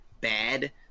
bad